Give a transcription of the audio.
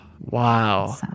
Wow